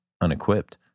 unequipped